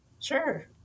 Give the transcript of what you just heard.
Sure